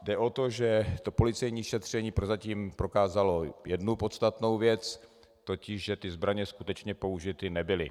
Jde o to, že policejní šetření prozatím prokázalo jednu podstatnou věc, totiž že zbraně skutečně použity nebyly.